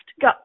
go